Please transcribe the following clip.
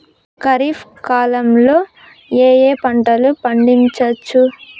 ఖరీఫ్ కాలంలో ఏ ఏ పంటలు పండించచ్చు?